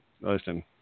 Listen